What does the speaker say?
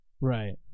Right